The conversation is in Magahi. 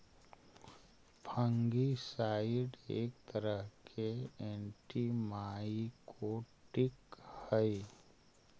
फंगिसाइड एक तरह के एंटिमाइकोटिक हई